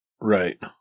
right